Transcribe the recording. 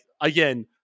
again